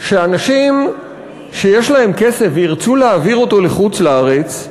שאנשים שיש להם כסף וירצו להעביר אותו לחוץ-לארץ,